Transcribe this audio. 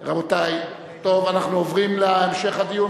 רבותי, אנחנו עוברים להמשך הדיון.